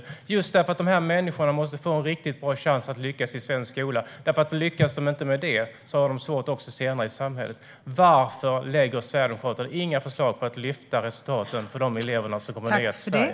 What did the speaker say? Det gör vi just för att dessa människor måste få en riktigt bra chans att lyckas i svensk skola, för lyckas de inte med den får de det svårt i samhället senare. Varför lägger Sverigedemokraterna inte fram några förslag för att lyfta resultaten för de elever som kommer nya till Sverige?